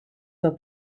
del